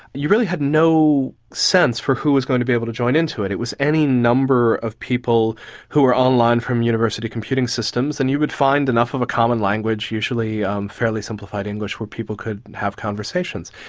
you really had no sense for who was going to be able to join into it, it was any number of people who were online from the university computing systems and you would find enough of a common language, usually fairly simplified english, where people could have conversations.